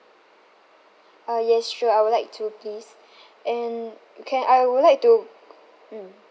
uh yes sure I would like to please and can I would like to mm